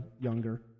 younger